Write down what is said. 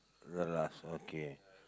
okay